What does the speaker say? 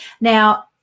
Now